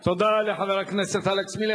תודה לחבר הכנסת אלכס מילר.